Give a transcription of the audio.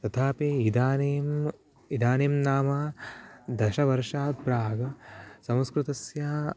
तथापि इदानीम् इदानीं नाम दशवर्षात् प्राग् संस्कृतस्य